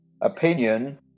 opinion